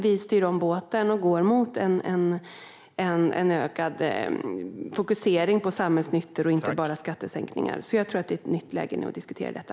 Vi styr om båten och går mot en ökad fokusering på samhällsnyttor och inte bara skattesänkningar, så jag tror att det är ett nytt läge nu att diskutera detta.